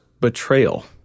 betrayal